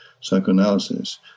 psychoanalysis